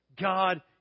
God